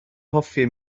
hoffi